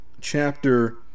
chapter